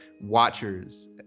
watchers